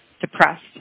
depressed